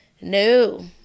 No